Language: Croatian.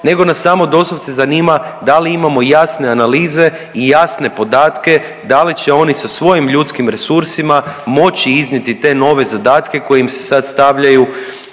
nego nas samo doslovce zanima da li imamo jasne analize i jasne podatke da li će oni sa svojim ljudskim resursima moći iznijeti te nove zadatke koji im se sad stavljaju